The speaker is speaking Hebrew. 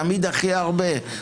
תמיד הכי הרבה,